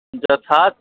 जी छात्र